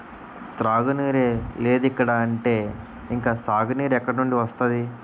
తాగునీరే లేదిక్కడ అంటే ఇంక సాగునీరు ఎక్కడినుండి వస్తది?